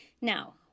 Now